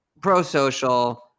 pro-social